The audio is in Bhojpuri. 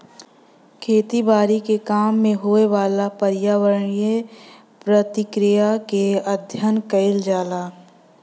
खेती बारी के काम में होए वाला पर्यावरणीय प्रक्रिया के अध्ययन कइल जाला